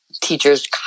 teachers